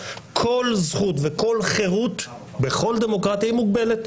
כל זכות וכל חירות בכל דמוקרטיה היא מוגבלת.